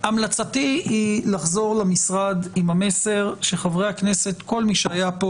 המלצתי היא לחזור למשרד עם המסר שכל חברי הכנסת שהיו פה